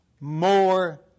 more